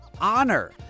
honor